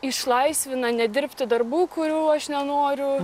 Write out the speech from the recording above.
išlaisvina nedirbti darbų kurių aš nenoriu